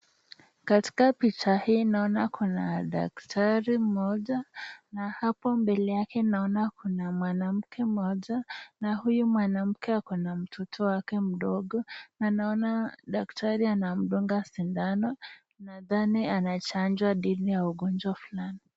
Katika picha hii naona kuna daktari mmoja, na hapo mbele yake naona kuna mwanamke mmoja ,na huyu mwanamke ako mtoto wake mdogo naona daktari anamdunga sindano nadhani anachanjwa dhidi ya ugonjwa fulani.